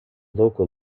local